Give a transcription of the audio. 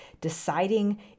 deciding